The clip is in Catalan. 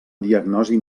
diagnosi